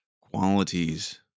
qualities